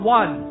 one